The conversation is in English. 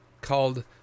called